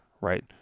right